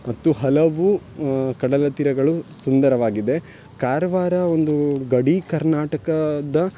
ಮತ್ತು ಹಲವು ಕಡಲ ತೀರಗಳು ಸುಂದರವಾಗಿದೆ ಕಾರವಾರ ಒಂದು ಗಡಿ ಕರ್ನಾಟಕದ